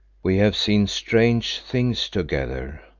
we have seen strange things together,